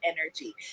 energy